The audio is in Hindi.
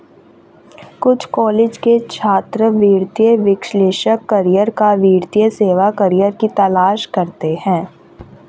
कुछ कॉलेज के छात्र वित्तीय विश्लेषक करियर या वित्तीय सेवा करियर की तलाश करते है